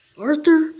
Arthur